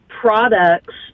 products